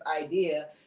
idea